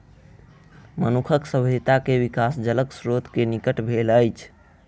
मनुखक सभ्यता के विकास जलक स्त्रोत के निकट भेल अछि